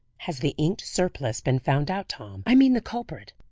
has the inked surplice been found out, tom i mean the culprit?